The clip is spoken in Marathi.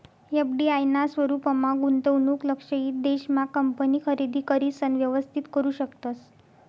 एफ.डी.आय ना स्वरूपमा गुंतवणूक लक्षयित देश मा कंपनी खरेदी करिसन व्यवस्थित करू शकतस